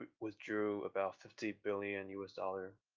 withdrew about fifty billion us dollar